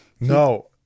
no